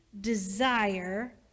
desire